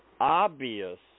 obvious